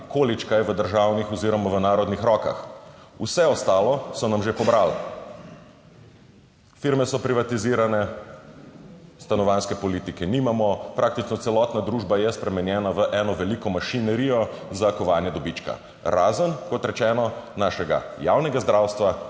količkaj v državnih oziroma v narodnih rokah. Vse ostalo so nam že pobrali. Firme so privatizirane, stanovanjske politike nimamo, praktično celotna družba je spremenjena v eno veliko mašinerijo za kovanje dobička, razen, kot rečeno, našega javnega zdravstva